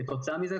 כתוצאה מזה,